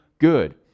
good